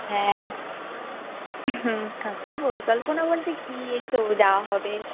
হ্যাঁ কী পরিকল্পনা বলতে কী এই তো যাওয়া হবে